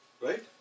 right